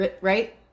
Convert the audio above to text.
Right